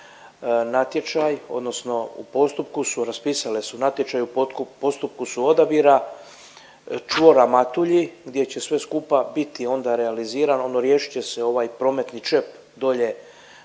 natječaj, odnosno u postupku su, raspisale su natječaj i u postupku su odabira čvora Matulji gdje će sve skupa biti onda realizirano, ono riješit će se ovaj prometni čep dolje